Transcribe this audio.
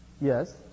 Yes